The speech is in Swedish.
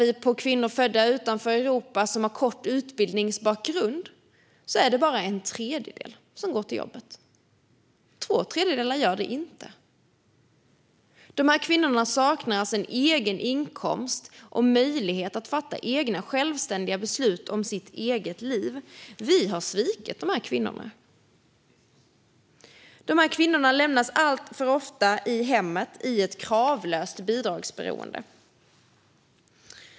När det gäller kvinnor födda utanför Europa som har en bakgrund med kort utbildning är det bara en tredjedel som går till jobbet - två tredjedelar gör det inte. Dessa kvinnor saknar en egen inkomst och möjlighet att fatta egna, självständiga beslut om sitt eget liv. Vi har svikit de här kvinnorna. De lämnas alltför ofta i hemmet i ett kravlöst bidragsberoende.